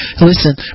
Listen